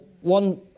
one